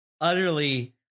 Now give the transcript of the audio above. utterly